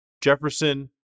jefferson